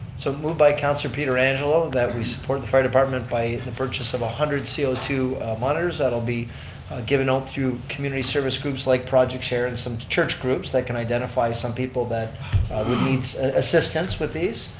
so moved by councilor pietrangelo that we support the fire department by the purchase of one hundred c o two monitors that'll be given out through community service groups like project share and some church groups that can identify some people that would need assistance with these,